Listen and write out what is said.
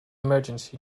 emergency